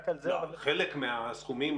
חלק מהסכומים,